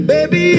Baby